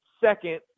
second